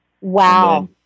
Wow